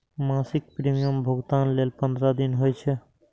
मासिक प्रीमियम भुगतान लेल पंद्रह दिन होइ छै